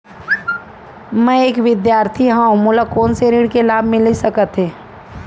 मैं एक विद्यार्थी हरव, मोला कोन से ऋण के लाभ मिलिस सकत हे?